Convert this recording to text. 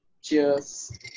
cheers